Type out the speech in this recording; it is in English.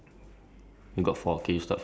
okay next next card